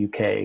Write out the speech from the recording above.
UK